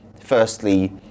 firstly